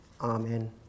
Amen